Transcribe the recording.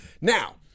Now